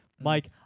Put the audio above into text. Mike